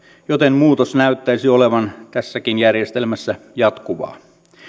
joten muutos näyttäisi olevan tässäkin järjestelmässä jatkuvaa